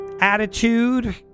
attitude